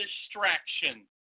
distraction